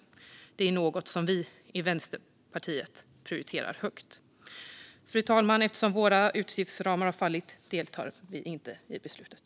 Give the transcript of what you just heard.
Detta är något som Vänsterpartiet prioriterar högt. Fru talman! Eftersom våra utgiftsramar har fallit deltar vi inte i beslutet.